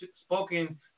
spoken